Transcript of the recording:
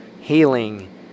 healing